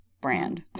brand